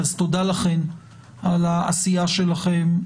אז תודה לכן על העשייה שלכן.